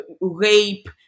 rape